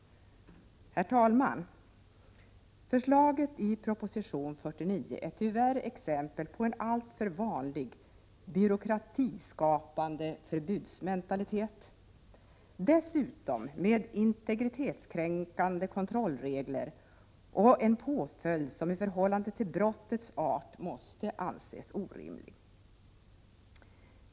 Herr talman! Förslaget i proposition 49 är tyvärr ett exempel på en alltför vanlig byråkratiskapande förbudsmentalitet, dessutom med integritetskränkande kontrollregler och en påföljd som i förhållande till brottets art måste anses orimlig.